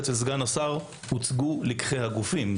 אצל סגן השר הוצגו לקחי הגופים.